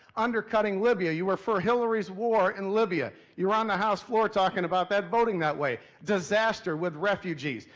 undercutting libya, you were for hillary's war in libya! you were on the house floor talking about that voting that way. disaster with refugees!